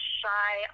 shy